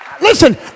listen